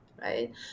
right